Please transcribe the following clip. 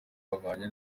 babanye